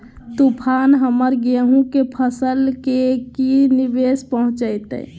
तूफान हमर गेंहू के फसल के की निवेस पहुचैताय?